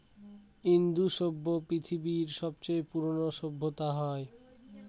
ইন্দু সভ্য পৃথিবীর সবচেয়ে পুরোনো সভ্যতা হয়